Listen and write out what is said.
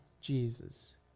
Jesus